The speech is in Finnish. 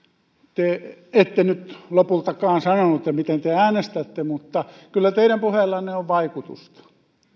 te ette nyt lopultakaan sanonut miten te äänestätte mutta kyllä teidän puheillanne on vaikutusta